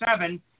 seven